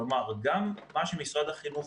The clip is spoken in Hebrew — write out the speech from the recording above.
כלומר, גם עם מה שמשרד החינוך